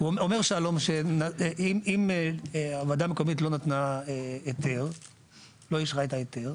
אומר שלום שאם הוועדה המקומית לא אישרה את ההיתר,